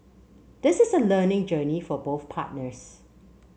this is a learning journey for both partners